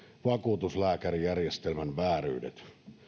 vakuutuslääkärijärjestelmän vääryydet